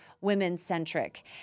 women-centric